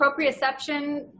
proprioception